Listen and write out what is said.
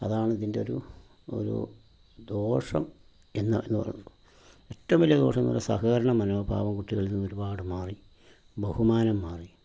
അതാണിതിന്റൊരു ഒരു ദോഷം എന്ന് എന്ന് പറയുന്നത് ഏറ്റോം വലിയ ദോഷമെന്ന് പറയുന്നത് സഹകരണ മനോഭാവം കുട്ടികളിൽ നിന്നൊരുപാട് മാറി ബഹുമാനം മാറി